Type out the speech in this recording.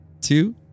two